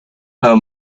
her